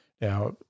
Now